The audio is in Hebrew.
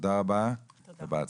תודה רבה ובהצלחה.